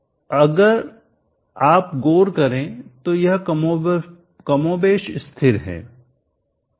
अब अगर आप गौर करें तो यह कमोबेश स्थिर है